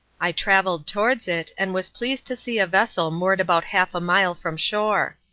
i travelled towards it, and was pleased to see a vessel moored about half a mile from shore.